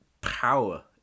power